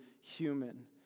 human